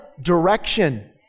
Direction